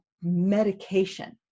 medication